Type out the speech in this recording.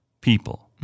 people